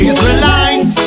Israelites